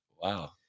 Wow